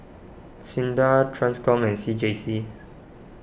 Sinda Transcom and C J C